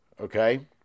Okay